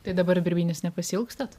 tai dabar birbynės nepasiilgstat